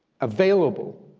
available,